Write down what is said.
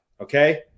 Okay